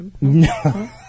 no